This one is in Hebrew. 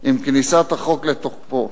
עם כניסת החוק לתוקפו,